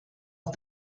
off